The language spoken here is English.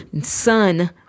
Son